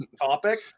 topic